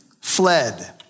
fled